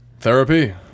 Therapy